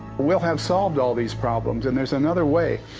we'll have solved all these problems and there's another way.